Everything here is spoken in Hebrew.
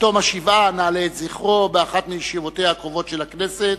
בתום השבעה נעלה את זכרו באחת מישיבותיה הקרובות של הכנסת.